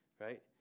right